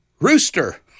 Rooster